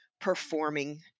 performing